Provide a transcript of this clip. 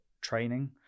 training